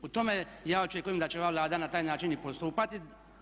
U tome ja očekujem da će ova Vlada na taj način i postupati.